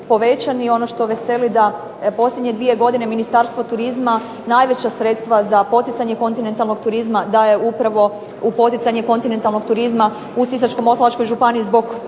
ono što veseli da posljednje dvije godine Ministarstvo turizma najveća sredstva za poticanje kontinentalnog turizma daje upravo u poticanje kontinentalnog turizma u Sisačko-moslavačkoj županiji zbog